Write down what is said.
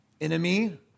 Enemy